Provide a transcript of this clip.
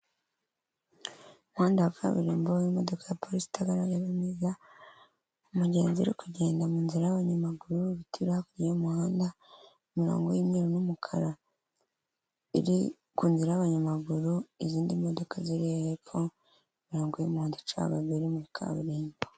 Umuhanda wa kaburimbo b'imodoka ya polisi itagaragara niga mugenzi uri kugenda mu nzira y'abanyamaguru ibitiro hakurya y'umuhanda imirongo y'imweruru n'umukara iri kunzira y'abanyamaguru izindi modoka ziri hepfo imirongo y'umuhondo icagaguye iri muri kaburimbo.